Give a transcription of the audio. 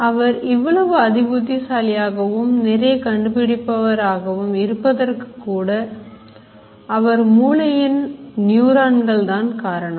அவர் இவ்வளவு அதிபுத்திசாலி ஆகவும் நிறைய கண்டுபிடிப்பவர் ஆகவும் இருப்பதற்கு கூட அவர் மூளையில் நியூரான்கள் தான் காரணம்